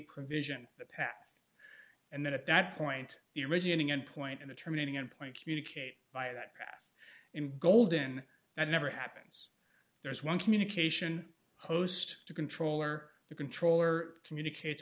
provision the path and then at that point the originating endpoint in the terminating endpoint communicate by that path in gold in that never happens there is one communication host the controller the controller communicates